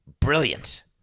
Brilliant